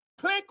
click